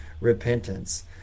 repentance